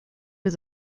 was